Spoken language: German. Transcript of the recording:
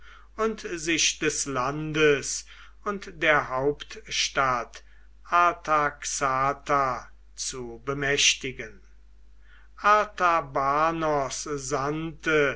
und sich des landes und der hauptstadt artaxata zu bemächtigen artabanos sandte